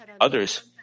others